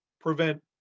prevent